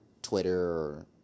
Twitter